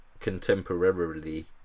contemporarily